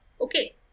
Okay